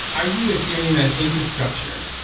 i view ethereum as infrastructure.